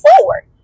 forward